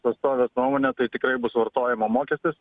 tai tikrai bus vartojimo mokestis